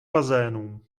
bazénů